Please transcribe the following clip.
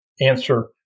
answer